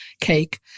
cake